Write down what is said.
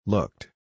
Looked